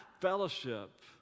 fellowship